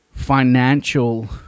financial